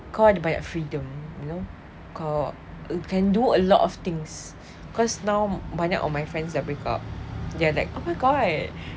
kau ada banyak freedom you know kau you can do a lot of things because now banyak of my friends that break up they are like oh my god